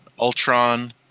Ultron